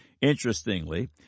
Interestingly